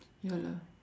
ya lah